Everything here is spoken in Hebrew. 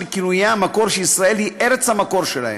כינויי המקור שישראל היא ארץ המקור שלהם,